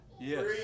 Yes